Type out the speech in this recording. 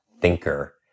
thinker